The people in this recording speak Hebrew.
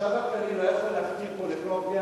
החשב הכללי לא יכול להכתיב פה לכל עובדי